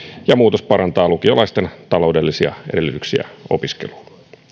ja muutos parantaa lukiolaisten taloudellisia edellytyksiä opiskeluun